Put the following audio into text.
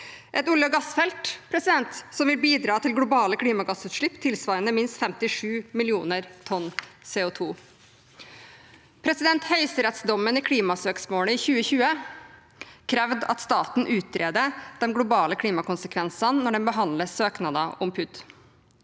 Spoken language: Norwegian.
et olje- og gassfelt som vil bidra til globale klimagassutslipp tilsvarende minst 57 millioner tonn CO2. Høyesterettsdommen i klimasøksmålet i 2020 krevde at staten utreder de globale klimakonsekvensene når man behandler søknader om PUD,